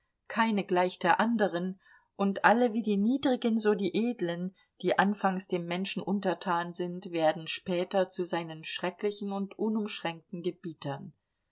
keine gleicht der anderen und alle wie die niedrigen so die edlen die anfangs dem menschen untertan sind werden später zu seinen schrecklichen und unumschränkten gebietern